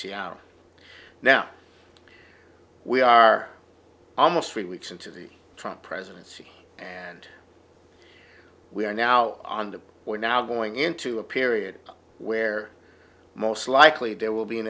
seattle now we are almost three weeks into the trump presidency and we are now on that we're now going into a period where most likely there will be an